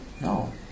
No